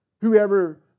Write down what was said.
whoever